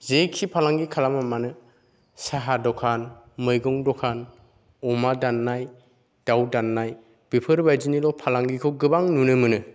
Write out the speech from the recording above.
जेखि फालांगि खालामा मानो साहा दखान मैगं दखान अमा दाननाय दाव दाननाय बेफोरबायदिनिल' फालांगिखौ गोबां नुनो मोनो